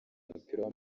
mupira